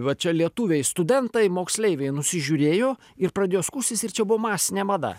va čia lietuviai studentai moksleiviai nusižiūrėjo ir pradėjo skustis ir čia buvo masinė mada